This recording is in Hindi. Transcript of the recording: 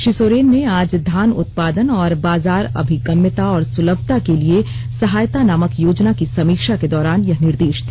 श्री सोरेन ने आज धान उत्पादन और बाजार अभिगम्यता और सुलमता के लिए सहायता नामक योजना की समीक्षा के दौरान यह निर्देश दिया